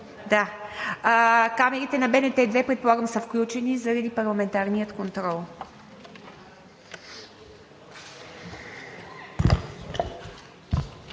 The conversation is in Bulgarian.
Камерите на БНТ 2, предполагам, са включени заради парламентарния контрол.